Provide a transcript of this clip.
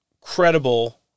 credible